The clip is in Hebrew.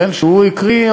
שהוא הקריא.